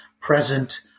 present